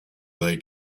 their